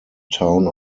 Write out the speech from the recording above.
town